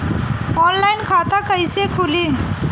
Online खाता कईसे खुलि?